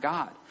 God